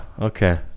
okay